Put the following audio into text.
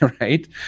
right